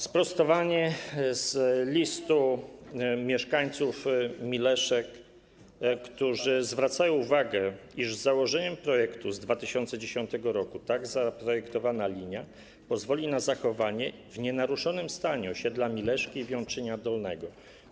Sprostowanie z listu mieszkańców Mileszek, którzy zwracają uwagę, iż zgodnie z założeniem projektu z 2010 r. tak zaprojektowana linia pozwoli na zachowanie w nienaruszonym stanie osiedla Mileszki i Wiączyń Dolny.